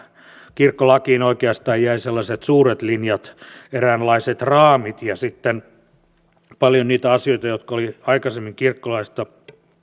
kirkkolakiin oikeastaan jäivät sellaiset suuret linjat eräänlaiset raamit ja sitten paljon niitä asioita joita oli aikaisemmin kirkkolaissa